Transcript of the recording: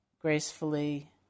gracefully